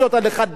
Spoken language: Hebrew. לחדד,